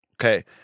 okay